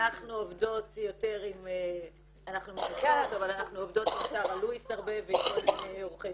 אנחנו עובדות עם שרה לואיס הרבה ועם כל מיני עורכי